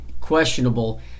questionable